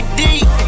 deep